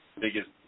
biggest